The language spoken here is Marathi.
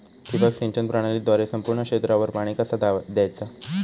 ठिबक सिंचन प्रणालीद्वारे संपूर्ण क्षेत्रावर पाणी कसा दयाचा?